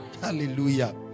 hallelujah